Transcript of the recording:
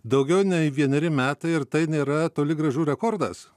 daugiau nei vieneri metai ir tai nėra toli gražu rekordas